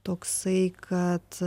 toksai kad